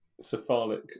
cephalic